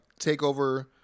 takeover